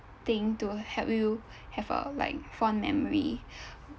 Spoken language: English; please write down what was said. thing to help you have uh like fond memory